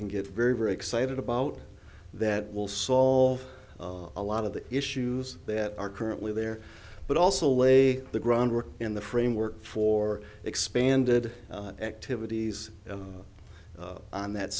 can get very very excited about that will solve a lot of the issues that are currently there but also lay the groundwork in the framework for expanded activities on that